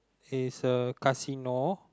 is a casino